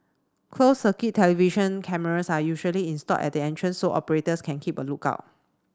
closed circuit television cameras are usually installed at the entrance so operators can keep a look out